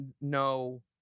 no